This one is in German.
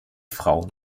frauen